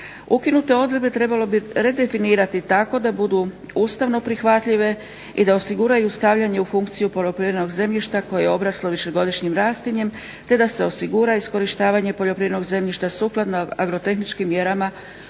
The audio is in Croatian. Ukinute odredbe trebalo bi redefinirati tako da budu ustavno prihvatljive i da osiguraju stavljanje u funkciju poljoprivrednog zemljišta koje je obraslo višegodišnjim raslinjem te da se osigura iskorištavanje poljoprivrednog zemljišta sukladno agrotehničkim mjerama